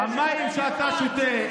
המים שאתה שותה,